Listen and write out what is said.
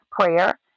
prayer